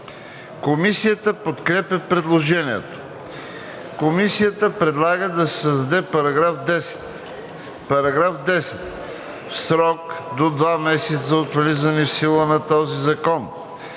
Комисията подкрепя предложението. Комисията предлага да се създаде § 10: „§ 10. В срок до два месеца от влизане в сила на този закон